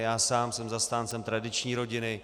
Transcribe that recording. Já sám jsem zastáncem tradiční rodiny.